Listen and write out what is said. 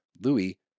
louis